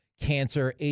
cancer